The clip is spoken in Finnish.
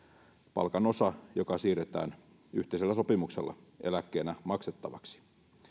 palkanosa joka siirretään yhteisellä sopimuksella eläkkeenä maksettavaksi